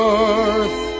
earth